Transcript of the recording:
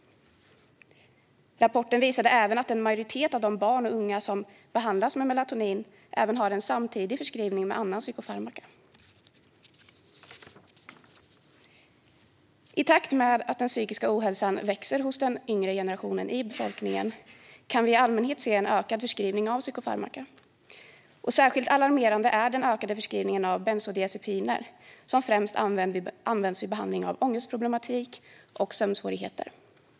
Rapporten visade även att en majoritet av de barn och unga som behandlas med Melatonin även har en samtidig förskrivning med andra psykofarmaka. I takt med att den psykiska ohälsan växer hos den yngre generationen i befolkningen kan vi i allmänhet se en ökad förskrivning av psykofarmaka. Särskilt alarmerande är den ökade förskrivningen av bensodiazepiner, som främst används vid behandling av ångestproblematik och sömnsvårigheter.